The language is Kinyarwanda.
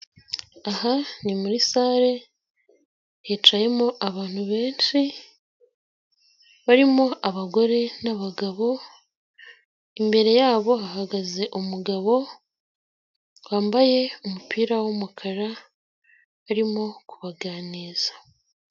Aha ni muri sale, hicayemo abantu benshi, barimo abagore n'abagabo, imbere yabo hahagaze umugabo wambaye umupira w'umukara, arimo kubaganiza.